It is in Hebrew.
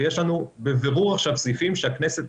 ויש לנו בבירור עכשיו סעיפים שהכנסת,